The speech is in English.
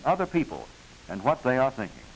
in other people and what they are thinking